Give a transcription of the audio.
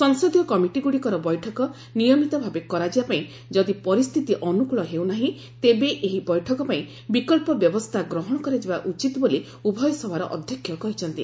ସଂସଦୀୟ କମିଟିଗୁଡ଼ିକର ବୈଠକ ନିୟମତ ଭାବେ କରାଯିବା ପାଇଁ ଯଦି ପରିସ୍ଥିତି ଅନୁକୂଳ ହେଉନାହିଁ ତେବେ ଏହି ବୈଠକ ପାଇଁ ବିକ୍ସ ବ୍ୟବସ୍ଥା ଗ୍ରହଣ କରାଯିବା ଉଚିତ୍ ବୋଲି ଉଭୟ ସଭାର ଅଧ୍ୟକ୍ଷ କହିଛନ୍ତି